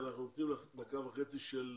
וחצי על